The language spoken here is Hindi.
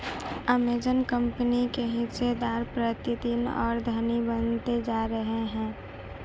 अमेजन कंपनी के हिस्सेदार प्रतिदिन और धनी बनते जा रहे हैं